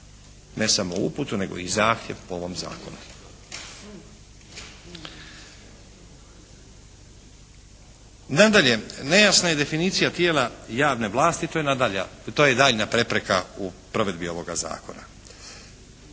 Ne samo uputu, nego i zahtjev po ovom zakonu. Nadalje, nejasna je definicija tijela javne vlasti. To je daljnja prepreka u provedbi ovoga zakona.